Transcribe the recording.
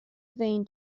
vain